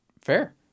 fair